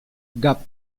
gap